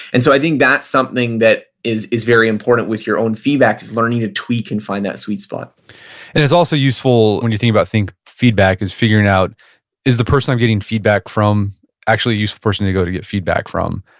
and so i think that's something that is is very important with your own feedback is learning to tweak and find that sweet spot and it's also useful when you think about feedback is figuring out is the person i'm getting feedback from actually a useful person to go to get feedback from.